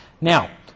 Now